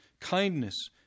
kindness